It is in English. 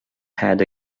had